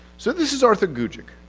so, this is arthur gugick.